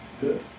good